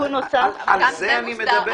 על זה אני מדבר.